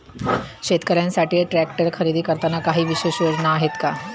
शेतकऱ्यांसाठी ट्रॅक्टर खरेदी करताना काही विशेष योजना आहेत का?